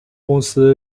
公司